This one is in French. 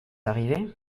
arrivé